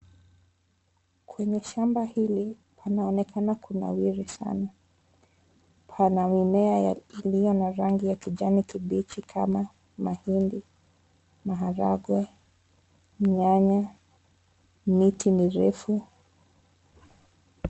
Kwenye shamba hili panaonekana kunawiri sana. Pana mimea iliyo na rangi ya kijani kibichi kama mahindi, maharagwe, nyanya, miti mirefu.